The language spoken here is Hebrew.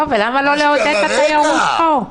למה לא לעודד את התיירות פה?